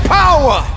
power